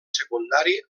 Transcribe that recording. secundari